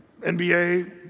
NBA